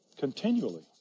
Continually